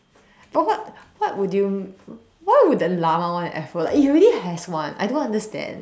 but what what would you why would the llama want an Afro like it already has one I don't understand